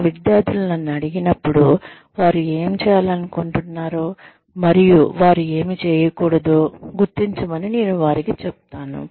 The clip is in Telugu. నా విద్యార్థులు నన్ను అడిగినప్పుడు వారు ఏమి చేయాలనుకుంటున్నారో మరియు వారు ఏమి చేయకూడదో గుర్తించమని నేను వారికి చెప్తాను